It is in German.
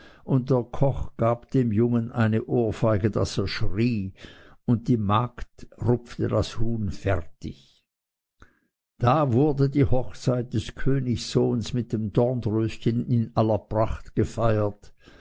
der koch gab dem jungen eine ohrfeige daß er schrie und die magd rupfte das huhn fertig und da wurde die hochzeit des königssohns mit dem dornröschen in aller pracht gefeiert